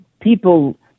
people